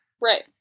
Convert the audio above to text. Right